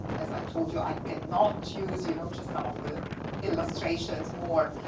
as i told you, i cannot use, you know, just some of the illustrations more,